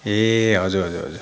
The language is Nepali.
ए हजुर हजुर हजुर